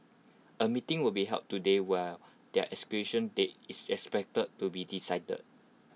A meeting will be held today where their execution date is expected to be decided